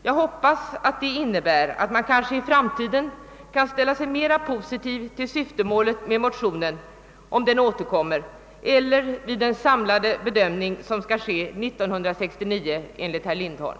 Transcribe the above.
Jag hoppas att detta innebär att man kanske i framtiden ställer sig mera positiv till syftemålet med motionen om den återkommer eller vid den samlade bedömning som skall göras 1969 enligt herr Lindholm.